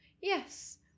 yes